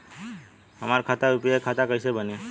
हमार खाता यू.पी.आई खाता कइसे बनी?